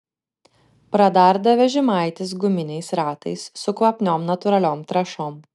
pradarda vežimaitis guminiais ratais su kvapniom natūraliom trąšom